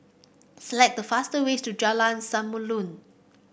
select the faster ways to Jalan Samulun